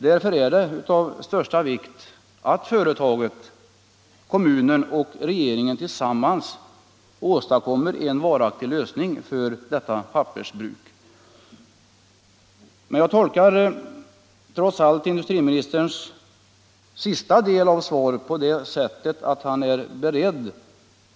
Därför är det av största vikt att företaget, kommunen och regeringen tillsammans åstadkommer en varaktig lösning för detta pappersbruk. Jag tolkar trots allt den sista delen av industriministerns svar på det — Nr 19 sättet att industriministern är beredd.